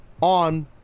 on